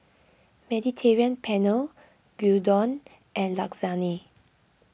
Mediterranean Penne Gyudon and Lasagne